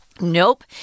Nope